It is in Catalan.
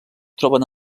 troben